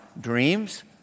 Dreams